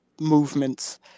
movements